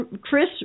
Chris